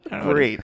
Great